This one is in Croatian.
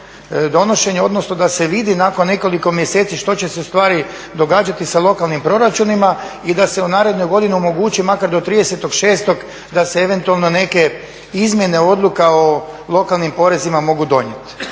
odnosno da se vidi nakon nekoliko mjeseci što će se ustvari događati sa lokalnim proračunima i da se u narednoj godini omogući makar do 30.6. da se eventualno neke izmjene odluka o lokalnim porezima mogu donijeti.